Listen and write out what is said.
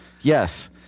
yes